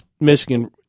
Michigan